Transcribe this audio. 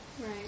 Right